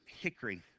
Hickory